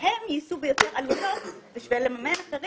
שהם יישאו ביותר עלויות בשביל לממן אחרים.